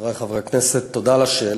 חברי חברי הכנסת, חבר הכנסת, תודה על השאלה.